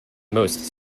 most